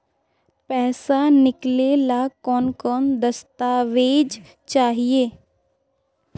पैसा निकले ला कौन कौन दस्तावेज चाहिए?